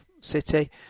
City